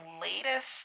latest